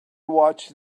watched